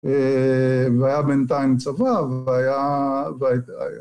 אהה.. והיה בינתיים צבא והיה